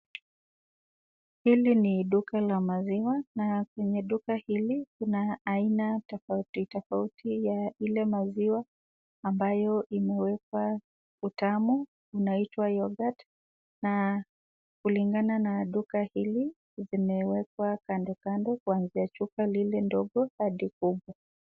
Hili ni duka la maziwa na kwenye duka hili kuna aina tofauti tofauti ya ile maziwa ambayo imewekwa utamu inaitwa yoghurt na kulingana na duka hili zimewekwa kando kando kuanzia chupa ile ndogo hadi kubwa.